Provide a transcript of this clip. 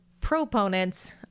proponents